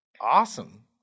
Awesome